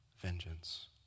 vengeance